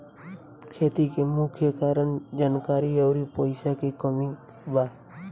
खेती के मुख्य कारन जानकारी अउरी पईसा के कमी बा